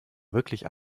wirklich